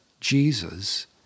Jesus